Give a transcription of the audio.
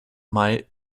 mai